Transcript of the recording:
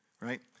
right